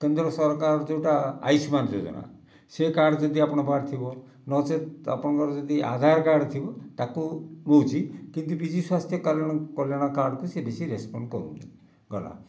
କେନ୍ଦ୍ର ସରକାର ଯେଉଁଟା ଆୟୁଷ୍ମାନ ଯୋଜନା ସେ କାର୍ଡ଼ ଯଦି ଆପଣଙ୍କ ପାଖରେ ଥିବ ନଚେତ ଆପଣଙ୍କର ଯଦି ଆଧାର କାର୍ଡ଼ ଥିବ ତାକୁ ନେଉଛି କିନ୍ତୁ ବିଜୁସ୍ୱାସ୍ଥ୍ୟ କଲ୍ୟାଣ କଲ୍ୟାଣ କାର୍ଡ଼କୁ ସେ ବେଶି ରେସପଣ୍ଡ କରୁନି ଗଲା